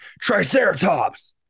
Triceratops